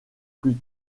plus